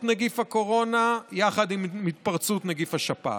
נגיף הקורונה יחד עם התפרצות נגיף השפעת.